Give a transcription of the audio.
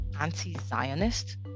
anti-zionist